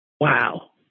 wow